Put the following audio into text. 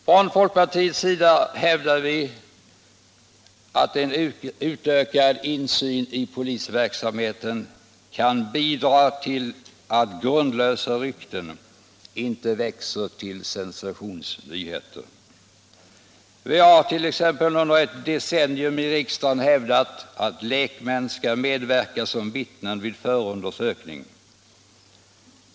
Från folkpartiets sida hävdar vi att en utökad insyn i polisverksamheten kan bidra till att grundlösa rykten inte växer till sensationsnyheter. Vi har t.ex. under ett decennium i riksdagen hävdat att lekmän skall med verka som vittnen vid förundersökning.